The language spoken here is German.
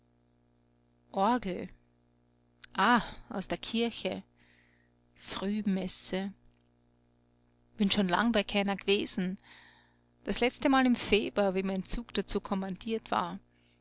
orgel ah aus der kirche frühmesse bin schon lang bei keiner gewesen das letztemal im feber wie mein zug dazu kommandiert war